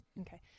Okay